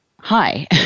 hi